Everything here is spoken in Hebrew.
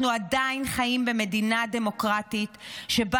אנחנו עדיין חיים במדינה דמוקרטית שבה